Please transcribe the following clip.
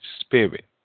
Spirit